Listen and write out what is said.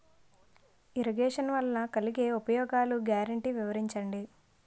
Irrigation వలన కలిగే ఉపయోగాలు గ్యారంటీ వివరించండి?